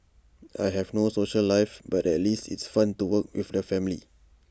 I have no social life but at least it's fun to work with the family